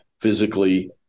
physically